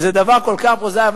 וזה דבר כל כך פרוזאי,